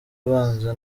abanza